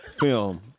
film